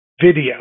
video